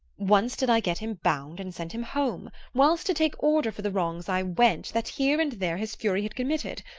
once did i get him bound and sent him home, whilst to take order for the wrongs i went, that here and there his fury had committed.